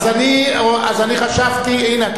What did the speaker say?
לא בִּיתיהו, דבֵיתהו, זו אשתו.